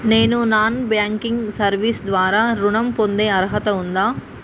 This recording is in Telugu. నేను నాన్ బ్యాంకింగ్ సర్వీస్ ద్వారా ఋణం పొందే అర్హత ఉందా?